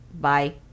Bye